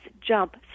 jump